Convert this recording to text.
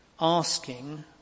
asking